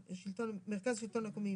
מרכז השלטון המקומי,